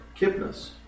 Kipnis